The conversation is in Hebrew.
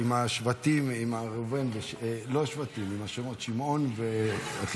עם השבטים, לא השבטים, עם השמות שמעון --- זהו.